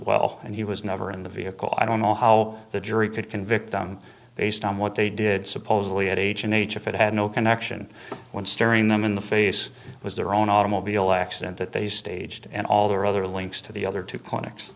well and he was never in the vehicle i don't know how the jury could convict them based on what they did supposedly at age a nature if it had no connection when staring them in the face was their own automobile accident that they staged and all their other links to the other two clinics